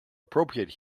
appropriate